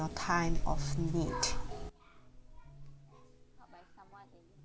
time of need